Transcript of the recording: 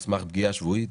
על סמך פגיעה שבועית?